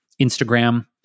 Instagram